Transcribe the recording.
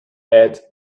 add